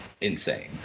insane